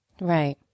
Right